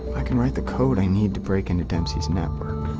i can write the code i need to break into dempsey's network.